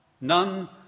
None